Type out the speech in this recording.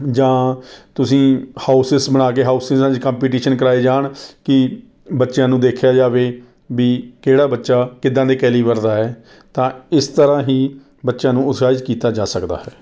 ਜਾਂ ਤੁਸੀਂ ਹਾਊਸਿਸ ਬਣਾ ਕੇ ਹਾਊਸਿਸਾਂ 'ਚ ਕੰਪੀਟੀਸ਼ਨ ਕਰਵਾਏ ਜਾਣ ਕਿ ਬੱਚਿਆਂ ਨੂੰ ਦੇਖਿਆ ਜਾਵੇ ਵੀ ਕਿਹੜਾ ਬੱਚਾ ਕਿੱਦਾਂ ਦੇ ਕੈਲੀਵਰ ਦਾ ਹੈ ਤਾਂ ਇਸ ਤਰ੍ਹਾਂ ਹੀ ਬੱਚਿਆਂ ਨੂੰ ਉਤਸ਼ਾਹਿਤ ਕੀਤਾ ਜਾ ਸਕਦਾ ਹੈ